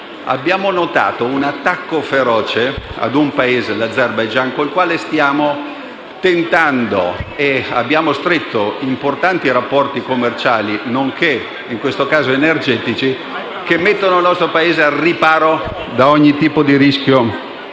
abbiamo notato un attacco feroce ad un Paese, l'Azerbaigian, con il quale abbiamo stretto importanti rapporti commerciali, nonché energetici, che mettono il nostro Paese al riparo da ogni tipo di rischio